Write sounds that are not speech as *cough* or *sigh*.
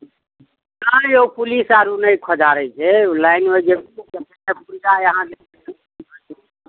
नहि यौ पुलिस आर ओ नहि खोदारै छै लाइनमे *unintelligible* होइ छै पुरजा अहाँ जे *unintelligible*